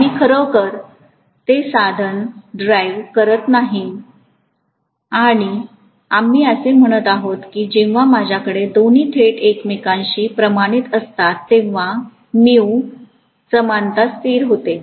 मी खरोखर ते साधत करत नाही आणि आम्ही असे म्हणत आहोत की जेव्हा आपल्याकडे दोघे थेट एकमेकांशी प्रमाणित असतात तेव्हा समानता स्थिर होते